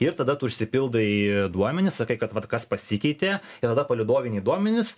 ir tada užsipildai duomenis sakai kad vat kas pasikeitė ir tada palydoviniai duomenys